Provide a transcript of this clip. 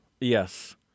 yes